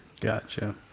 gotcha